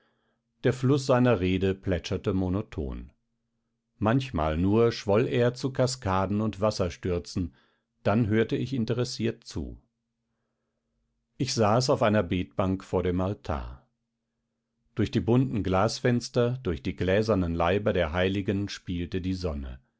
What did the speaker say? der fluß seiner rede plätscherte monoton manchmal nur schwoll er zu kaskaden und wasserstürzen dann hörte ich interessiert zu ich saß auf einer betbank vor dem altar durch die bunten glasfenster durch die gläsernen leiber der heiligen spielte die sonne